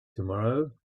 tomorrow